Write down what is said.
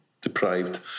deprived